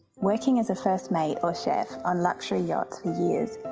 working as a first mate or chef on luxury yachts for years.